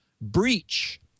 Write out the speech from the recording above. Breach